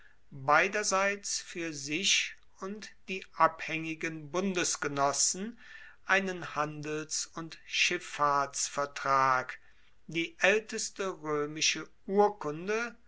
beiderseits fuer sich und die abhaengigen bundesgenossen einen handels und schiffahrtsvertrag die aelteste roemische urkunde